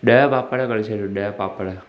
ॾह पापड़ करे छॾियो ॾह पापड़